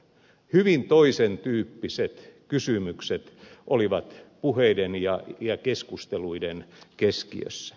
hyvin toisen tyyppiset kysymykset olivat puheiden ja keskusteluiden keskiössä